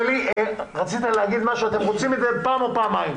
אתה מעדיף בפעם אחת או פעמיים?